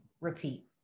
repeat